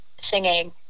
singing